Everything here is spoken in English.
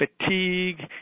fatigue